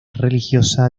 religiosa